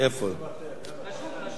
עובד אבל הקולות הולכים לש"ס.